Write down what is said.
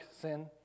sin